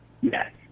Yes